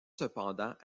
cependant